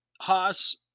Haas